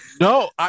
No